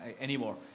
anymore